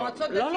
לא.